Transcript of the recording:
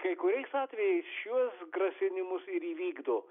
kai kuriais atvejais šiuos grasinimus ir įvykdo